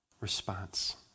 response